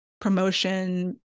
promotion